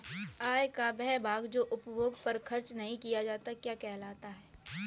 आय का वह भाग जो उपभोग पर खर्च नही किया जाता क्या कहलाता है?